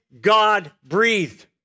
God-breathed